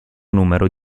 numero